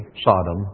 Sodom